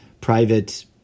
private